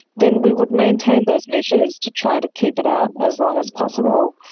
then we would maintain those measures to try to keep it out as long as possible.